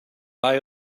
eye